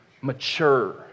mature